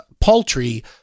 paltry